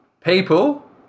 people